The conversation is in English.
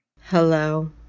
Hello